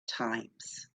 times